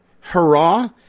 Hurrah